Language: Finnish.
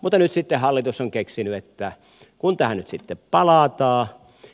mutta nyt sitten hallitus on keksinyt että kun tähän nyt palataan